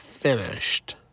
finished